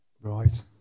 Right